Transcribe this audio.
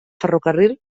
ferrocarril